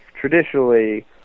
traditionally